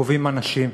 קובעים אנשים.